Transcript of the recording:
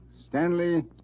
Stanley